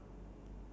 K